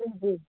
जी जी